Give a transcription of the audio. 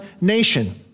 nation